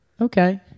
Okay